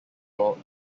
york